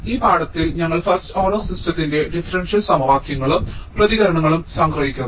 ഈ പാഠത്തിൽ ഞങ്ങൾ ഫസ്റ്റ് ഓർഡർ സിസ്റ്റത്തിന്റെ ഡിഫറൻഷ്യൽ സമവാക്യങ്ങളും പ്രതികരണങ്ങളും സംഗ്രഹിക്കും